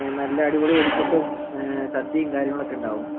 നല്ല അടിപൊളി വെടിക്കെട്ടും സദ്യയും കാര്യങ്ങളൊക്കെ ഉണ്ടാവും